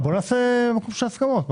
בואו ננסה להגיע להסכמות.